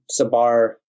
Sabar